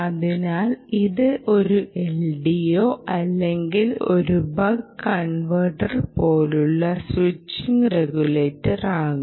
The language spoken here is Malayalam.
അതിനാൽ ഇത് ഒരു LDO അല്ലെങ്കിൽ ഒരു ബക്ക് കൺവെർട്ടർ പോലുള്ള സ്വിച്ചിംഗ് റെഗുലേറ്റർ ആകാം